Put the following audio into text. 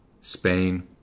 Spain